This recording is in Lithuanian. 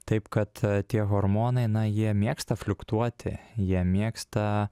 taip kad tie hormonai na jie mėgsta fliuktuoti jie mėgsta